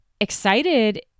excited